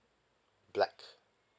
black